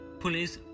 police